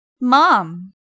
Mom